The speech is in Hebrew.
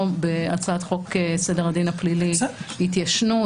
בהצעת חוק סדר הדין הפלילי (התיישנות),